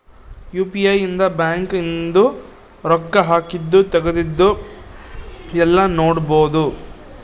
UPI ಇಂದ bank ಇಂದು ರೊಕ್ಕ ಹಾಕಿದ್ದು ತೆಗ್ದಿದ್ದು ಯೆಲ್ಲ ನೋಡ್ಬೊಡು